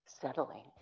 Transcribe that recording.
settling